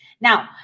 now